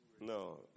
No